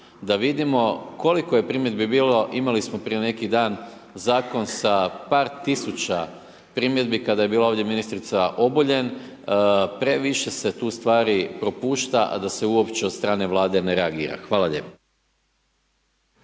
Da vidimo koliko je primjedbi bilo, imali smo prije neki dan zakon sa par tisuća primjedbi kada je bila ovdje ministrica Obuljen, previše se tu stvari propušta a da se uopće od strane Vlade ne reagira. Hvala lijepa.